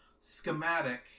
schematic